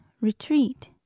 Retreat